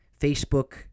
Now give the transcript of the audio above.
Facebook